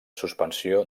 suspensió